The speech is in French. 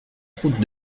route